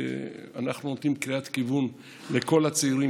אנחנו נותנים קריאת כיוון לכל הצעירים